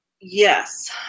Yes